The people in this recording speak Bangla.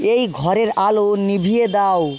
এই ঘরের আলো নিভিয়ে দাও